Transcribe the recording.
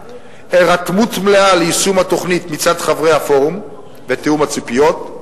הירתמות מלאה ליישום התוכנית מצד חברי הפורום ותיאום הציפיות,